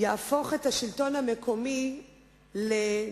יהפוך את השלטון המקומי לנכה,